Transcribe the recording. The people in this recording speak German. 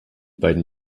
beiden